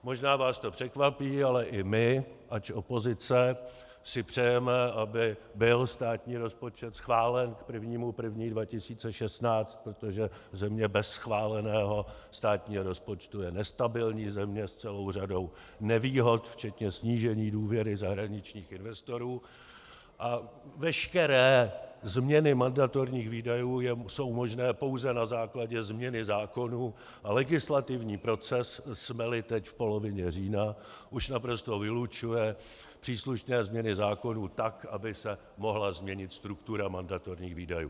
Možná vás to překvapí, ale i my, ač opozice, si přejeme, aby byl státní rozpočet schválen k 1. 1. 2016, protože země bez schváleného státního rozpočtu je nestabilní země s celou řadou nevýhod, včetně snížení důvěry zahraničních investorů, a veškeré změny mandatorních výdajů jsou možné pouze na základě změny zákonů a legislativní proces, jsmeli teď v polovině října, už naprosto vylučuje příslušné změny zákonů tak, aby se mohla změnit struktura mandatorních výdajů.